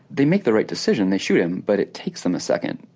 they make the right decision, they shoot him, but it takes them a second.